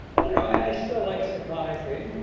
but and i still like psychiatry,